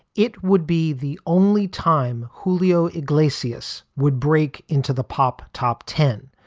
it would be the only time who leo iglesias would break into the pop top ten,